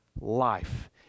life